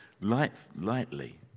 lightly